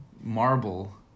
marble